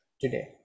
today